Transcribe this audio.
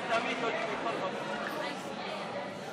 מצביע מאיר כהן, מצביע מירב כהן,